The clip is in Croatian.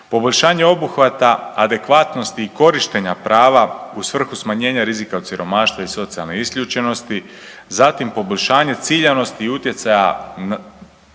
poboljšanje obuhvata adekvatnosti korištenja prava u svrhu smanjenja rizika od siromaštva i socijalne isključenosti, zatim poboljšanje ciljanosti i utjecaja na